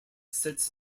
sits